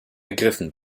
ergriffen